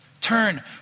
Turn